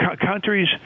countries